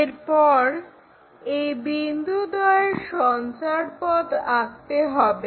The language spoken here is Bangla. এরপর এই বিন্দুদ্বয়ের সঞ্চারপথ আঁকতে হবে